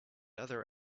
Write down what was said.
other